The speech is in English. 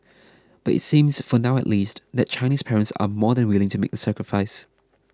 but it seems for now at least that Chinese parents are more than willing to make the sacrifice